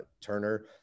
Turner